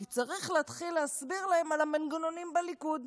כי צריך להתחיל להסביר להם על המנגנונים בליכוד.